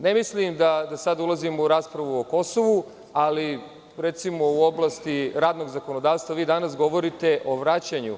Ne mislim da ulazim u raspravu o Kosovu, ali recimo, u oblasti radnog zakonodavstva danas govorite o vraćanju…